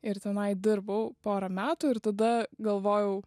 ir tenai dirbau porą metų ir tada galvojau